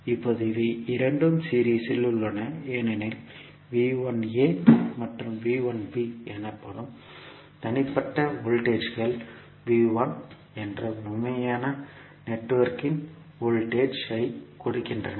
இப்போது இவை இரண்டும் சீரிஸ் உள்ளன ஏனெனில் மற்றும் எனப்படும் தனிப்பட்ட வோல்டேஜ்கள் என்ற முழுமையான நெட்வொர்க்கின் வோல்டேஜ் ஐ கொடுக்கின்றன